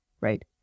Right